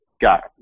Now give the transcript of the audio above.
got